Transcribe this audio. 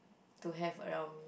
to have around